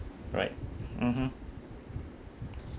right mmhmm